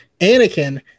Anakin